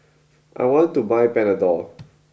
I want to buy Panadol